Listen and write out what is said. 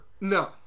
No